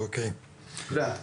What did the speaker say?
תודה.